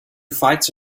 fights